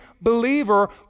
believer